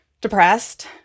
depressed